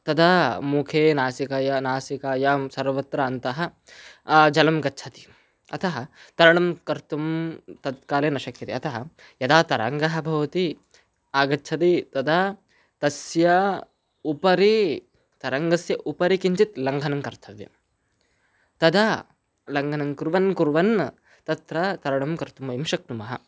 तदा मुखे नासिकायां नासिकायां सर्वत्र अन्तः जलं गच्छति अतः तरणं कर्तुं तत्काले न शक्यते अतः यदा तरङ्गः भवति आगच्छति तदा तस्य उपरि तरङ्गस्य उपरि किञ्चित् लङ्घनं कर्तव्यं तदा लङ्घनं कुर्वन् कुर्वन् तत्र तरणं कर्तुं वयं शक्नुमः